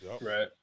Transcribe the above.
right